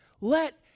Let